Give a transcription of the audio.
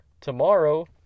tomorrow